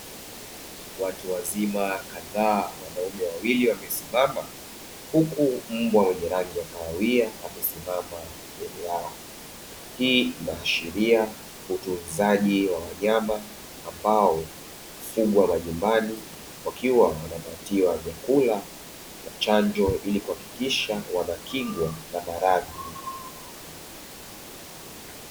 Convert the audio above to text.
Watu wazima kadhaa wanaume wawili wamesimama huku mbwa mwenye rangi ya kahawia amesimama pembeni yao. Hii inaashiria utunzaji wa wanyama ambao hufugwa majumbani wakiwa wanapatiwa vyakula na chanjo ili kuhakikisha wanakingwa na maradhi.